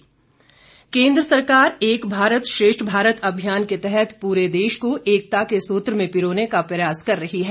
एक भारत श्रेष्ठ भारत इन्ट्रो केन्द्र सरकार एक भारत श्रेष्ठ भारत अभियान के तहत पूरे देश को एकता के सूत्र में पिरोने का प्रयास कर रही है